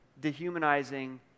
dehumanizing